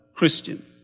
Christian